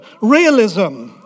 Realism